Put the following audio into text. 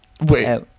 Wait